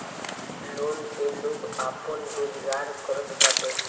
loan से लोग आपन रोजगार करत बाटे